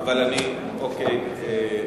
אוקיי,